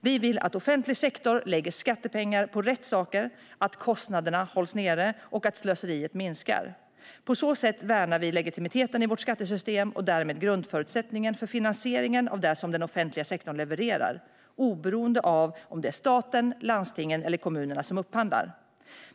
Vi vill att offentlig sektor lägger skattepengar på rätt saker, att kostnaderna hålls nere och att slöseriet minskar. På så sätt värnar vi legitimiteten i vårt skattesystem och därmed grundförutsättningen för finansieringen av det som den offentliga sektorn levererar, oberoende av om det är staten, landstingen eller kommunerna som upphandlar.